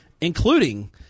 including